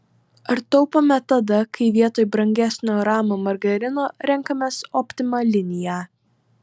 ar taupome tada kai vietoj brangesnio rama margarino renkamės optima liniją